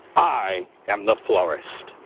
i am the florist.